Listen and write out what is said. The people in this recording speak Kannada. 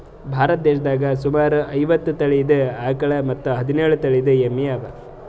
ಭಾರತ್ ದೇಶದಾಗ್ ಸುಮಾರ್ ಐವತ್ತ್ ತಳೀದ ಆಕಳ್ ಮತ್ತ್ ಹದಿನೇಳು ತಳಿದ್ ಎಮ್ಮಿ ಅವಾ